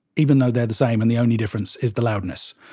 even though they're the same and the only difference is the loudness.